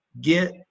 get